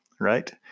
right